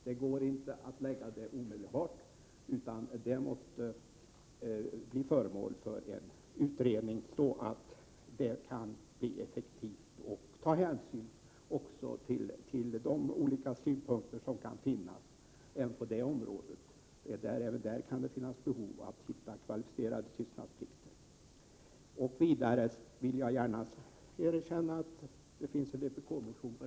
Det kan inte ligga till grund för ett beslut nu omedelbart, utan det måste bli föremål för utredning, och hänsyn måste tas till olika synpunkter även på detta område. Också där kan det finnas behov av kvalificerad tystnadsplikt. Det finns en vpk-motion på detta område, men jag vill betona att alla 95 Prot.